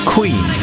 Queen